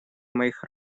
моих